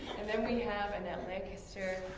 and then we have annette lancaster.